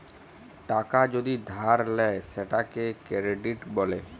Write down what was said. টাকা যদি ধার লেয় সেটকে কেরডিট ব্যলে